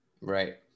right